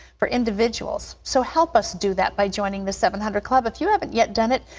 for individuals. so, help us do that by joining the seven hundred club. if you haven't yet done it,